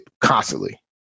constantly